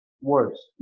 worse